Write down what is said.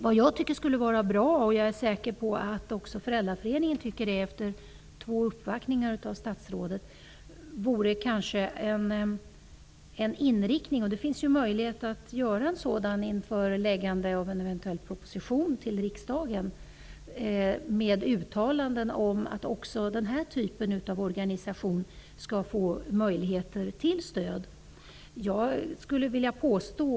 Jag tycker att det skulle vara bra -- och jag är säker på att Föräldraföreningen också tycker det, eftersom den har gjort två uppvaktningar av statsrådet -- med en inriktning med uttalanden om att också den här typen av organisation skall få möjligheter till stöd. Det finns möjlighet med en sådan inriktning inför framläggandet av en eventuell proposition till riksdagen.